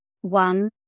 one